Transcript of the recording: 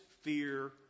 fear